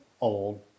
old